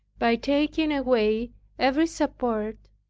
by taking away every support,